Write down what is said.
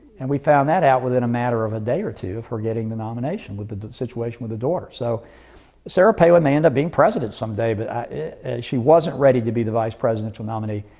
and we found that out within a matter of a day or two of her getting the nomination with the the situation with the daughter. so sarah palin may end up being president some day, but she wasn't ready to be the vice presidential nominee,